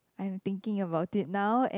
I am thinking about it now and